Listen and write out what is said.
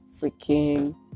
freaking